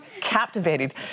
captivated